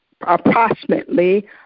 approximately